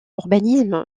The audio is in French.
urbanisme